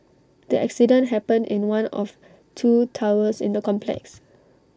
the accident happened in one of two towers in the complex